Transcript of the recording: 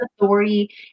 authority